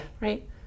Right